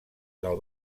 del